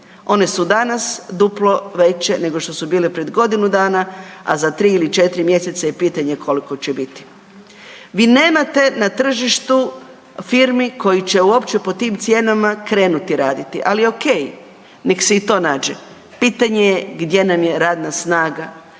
One su danas duplo veće nego što su bile pred godinu dana, za 3 ili 4 mjeseca je pitanje koliko će biti. Vi nemate na tržištu firmi koje će uopće po tim cijenama krenuti raditi, ali okej. Nek se i to nađe. Pitanje je gdje nam je radna snaga